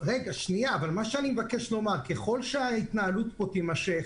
אבל מה שאני מבקש לומר, ככל שההתנהלות פה תימשך